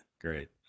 Great